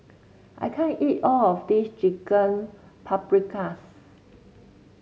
I can't eat all of this Chicken Paprikas